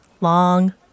long